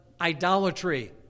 idolatry